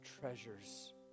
treasures